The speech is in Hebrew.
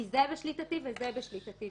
כי זה בשליטתי וזה בשליטתי,